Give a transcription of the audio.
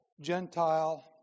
Gentile